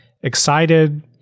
excited